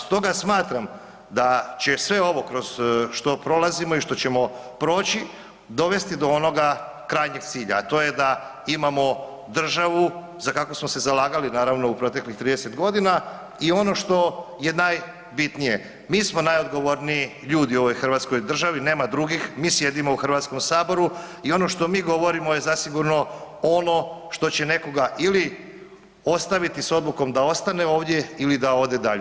Stoga smatram da će sve ovo kroz što prolazimo i što ćemo proći dovesti do onoga krajnjeg cilja, a to je da imamo državu za kakvu smo se zalagali naravno u proteklih 30.g. I ono što je najbitnije, mi smo najodgovorniji ljudi u ovoj hrvatskoj državi, nema drugih, mi sjedimo u HS-u i ono što mi govorimo je zasigurno ono što će nekoga ili ostaviti s odlukom da ostane ovdje ili da ode dalje.